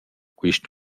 quist